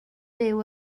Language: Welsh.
byw